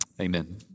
Amen